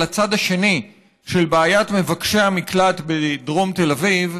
הצד השני של בעיית מבקשי המקלט בדרום תל אביב,